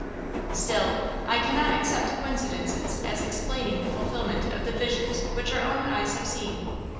still i cannot accept coincidences as explaining the fulfillment of the visions which our own eyes have seen.